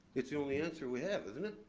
it's the only answer we have, isn't it?